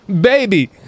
baby